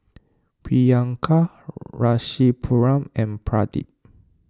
Priyanka Rasipuram and Pradip